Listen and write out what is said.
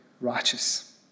righteous